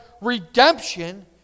Redemption